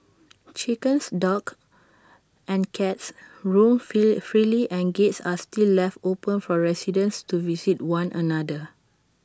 chickens dogs and cats roam freely and gates are still left open for residents to visit one another